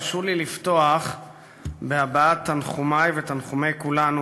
הרשו לי לפתוח בהבעת תנחומַי ותנחומֵי כולנו